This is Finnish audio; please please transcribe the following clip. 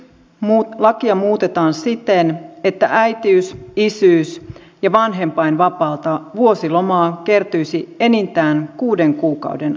nyt lakia muutetaan siten että äitiys isyys ja vanhempainvapaalta vuosilomaa kertyisi enintään kuuden kuukauden ajalta